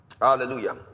hallelujah